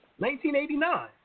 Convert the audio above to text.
1989